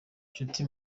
nshuti